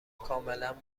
کاملا